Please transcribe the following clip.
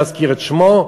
לא אזכיר את שמו,